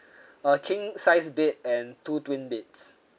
a king sized bed and two twin beds